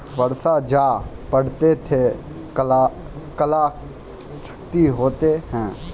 बरसा जा पढ़ते थे कला क्षति हेतै है?